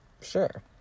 sure